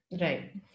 right